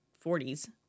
forties